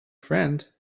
friend